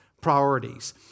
priorities